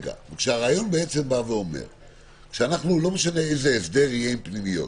הרעיון אומר שלא משנה איזה הסדר יהיה עם פנימיות.